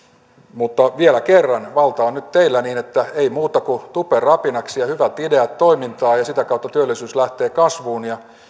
mutta vielä kerran valta on nyt teillä niin että ei muuta kuin tupenrapinaksi ja hyvät ideat toimintaan sitä kautta työllisyys lähtee kasvuun ja